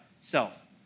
self